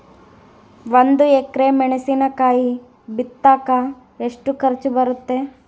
ಒಂದು ಎಕರೆ ಮೆಣಸಿನಕಾಯಿ ಬಿತ್ತಾಕ ಎಷ್ಟು ಖರ್ಚು ಬರುತ್ತೆ?